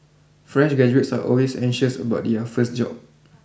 fresh graduates are always anxious about their first job